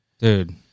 Dude